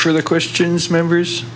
for the questions members